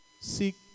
seek